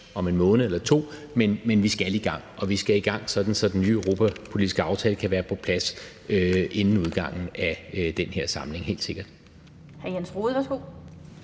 om en måned eller to, men vi skal i gang, og vi skal i gang, sådan at den nye europapolitiske aftale kan være på plads inden udgangen af den her samling, helt sikkert.